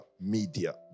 media